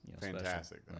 fantastic